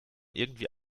irgendwie